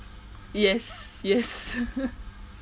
yes yes